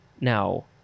Now